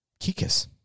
Kikis